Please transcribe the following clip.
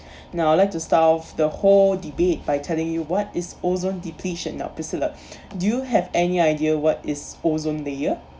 now I'll like to start off the whole debate by telling you what is ozone depletion now priscilla do you have any idea what is ozone layer